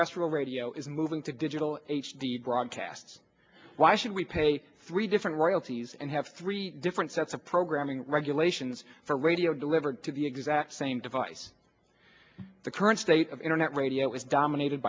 terrestrial radio is moving to digital h d d broadcasts why should we pay three different royalties and have three different sets of programming regulations for radio delivered to the exact same device the current state of internet radio is dominated